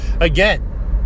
again